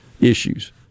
issues